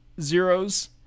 zeros